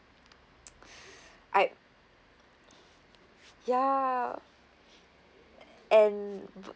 I ya and